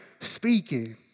speaking